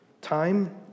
time